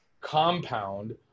compound